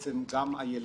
שגם הילדים,